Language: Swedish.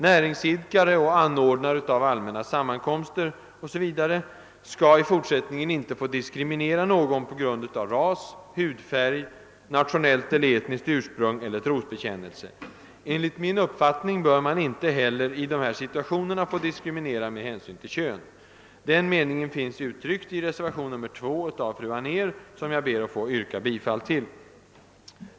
Näringsidkare, anordnare av allmänna sammankomster, 0. s. v. skall i fortsättningen inte få diskriminera någon på grund av ras, hudfärg, nationellt eller etniskt ursprung eller trosbekännelse. Enligt min uppfattning bör man inte heller i dessa situationer få diskriminera med hänsyn till kön. Den meningen finns uttryckt i reservationen 2 av fru Anér, till vilken jag ber att få yrka bifall.